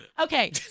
Okay